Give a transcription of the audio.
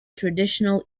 traditional